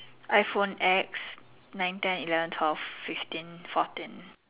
iPhone X nine ten eleven twelve fifteen fourteen